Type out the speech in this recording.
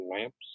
lamps